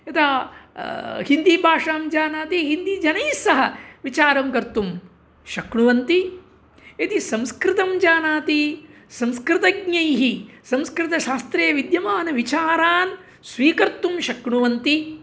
यदा हिन्दीभाषां जानाति हिन्दीजनैस्सह विचारं कर्तुं शक्नुवन्ति संस्कृतं जानाति संस्कृतज्ञैः संस्कृतशास्त्रे विद्यमानविचारान् स्वीकर्तुं शक्नुवन्ति